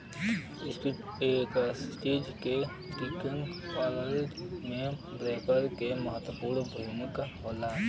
stock exchange के trading प्रणाली में ब्रोकर क महत्वपूर्ण भूमिका होला